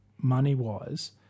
money-wise